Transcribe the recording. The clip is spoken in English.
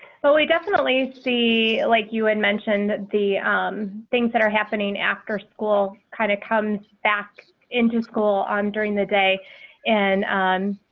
so we definitely see like you had mentioned the um things that are happening after school kind of comes back into school on during the day and um